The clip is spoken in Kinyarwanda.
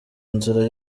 nzira